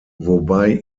wobei